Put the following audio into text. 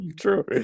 True